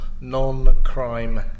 non-crime